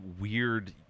weird